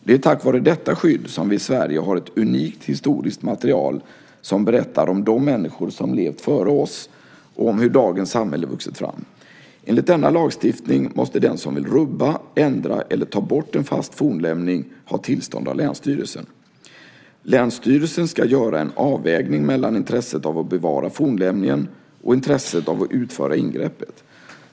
Det är tack vare detta skydd som vi i Sverige har ett unikt historiskt material som berättar om de människor som levt före oss och om hur dagens samhälle vuxit fram. Enligt denna lagstiftning måste den som vill rubba, ändra eller ta bort en fast fornlämning ha tillstånd av länsstyrelsen. Länsstyrelsen ska göra en avvägning mellan intresset av att bevara fornlämningen och intresset av att utföra ingreppet.